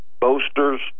boasters